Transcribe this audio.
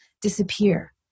disappear